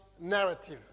narrative